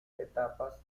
etapas